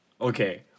Okay